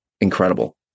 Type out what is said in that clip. incredible